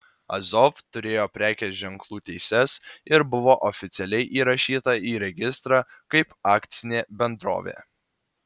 azov turėjo prekės ženklų teises ir buvo oficialiai įrašyta į registrą kaip akcinė bendrovė